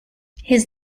his